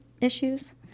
issues